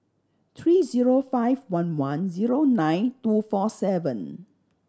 three zero five one one zero nine two four seven